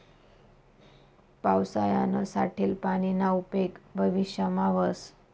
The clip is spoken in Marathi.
पावसायानं साठेल पानीना उपेग भविष्यमा व्हस